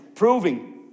Proving